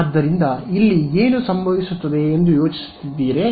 ಆದ್ದರಿಂದ ಇಲ್ಲಿ ಏನು ಸಂಭವಿಸುತ್ತದೆ ಎಂದು ಯೋಚಿಸುತ್ತೀರಿ